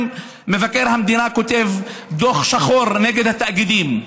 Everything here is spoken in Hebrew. אם מבקר המדינה כותב דוח שחור נגד התאגידים,